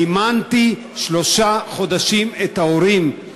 מימנתי שלושה חודשים את ההורים,